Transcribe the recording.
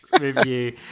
review